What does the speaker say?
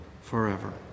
forever